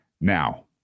Now